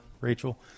Rachel